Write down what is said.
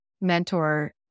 mentor